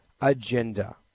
agenda